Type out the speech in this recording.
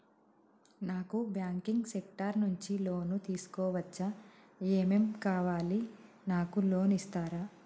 నాకు banking sector నుంచి loan తీసుకోవచ్చా? ఏమేం కావాలి? నాకు లోన్ ఇస్తారా?